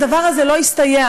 הדבר הזה לא הסתייע.